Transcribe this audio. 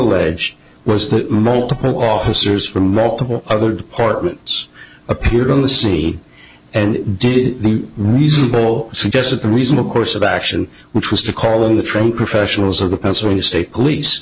allege was that multiple officers from multiple other departments appeared on the sea and did the reasonable suggest that the reason a course of action which was to call in the trunk professionals of the pennsylvania state police